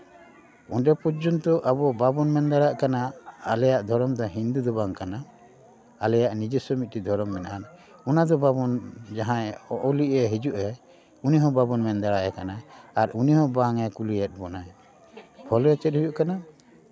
ᱚᱸᱰᱮ ᱯᱚᱨᱡᱚᱱᱛᱚ ᱟᱵᱚ ᱵᱟᱵᱚᱱ ᱢᱮᱱ ᱫᱟᱲᱮᱭᱟᱜ ᱠᱟᱱᱟ ᱟᱞᱮᱭᱟᱜ ᱫᱷᱚᱨᱚᱢ ᱫᱚ ᱦᱤᱱᱫᱩ ᱫᱚ ᱵᱟᱝ ᱠᱟᱱᱟ ᱟᱞᱮᱭᱟᱜ ᱱᱤᱡᱚᱥᱥᱚ ᱢᱤᱫᱴᱤᱡ ᱫᱷᱚᱨᱚᱢ ᱢᱮᱱᱟᱜᱼᱟ ᱚᱱᱟ ᱫᱚ ᱵᱟᱵᱚᱱ ᱡᱟᱦᱟᱸᱭ ᱚᱜᱼᱚᱞᱤᱡ ᱮ ᱦᱤᱡᱩᱜᱼᱮ ᱩᱱᱤ ᱦᱚᱸ ᱵᱟᱵᱚᱱ ᱢᱮᱱ ᱫᱟᱲᱮᱭᱟᱭ ᱠᱟᱱᱟ ᱟᱨ ᱩᱱᱤ ᱦᱚᱸ ᱵᱟᱝ ᱮ ᱠᱩᱞᱤᱭᱮᱫ ᱵᱚᱱᱟᱭ ᱯᱷᱚᱞᱮ ᱪᱮᱫ ᱦᱩᱭᱩᱜ ᱠᱟᱱᱟ